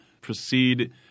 proceed –